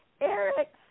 Eric